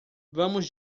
vamos